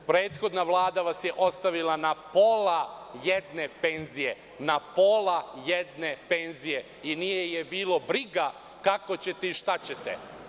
Prethodna Vlada vas je ostavila na pola jedne penzije i nije je bilo briga kako ćete i šta ćete.